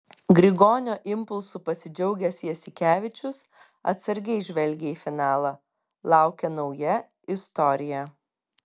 grigonio impulsu pasidžiaugęs jasikevičius atsargiai žvelgia į finalą laukia nauja istorija